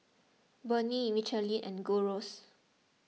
Burnie Michelin and Gold Roast